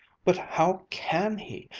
but how can he!